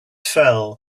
fell